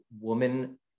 woman